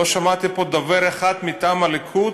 לא שמעתי פה דובר אחד מטעם הליכוד,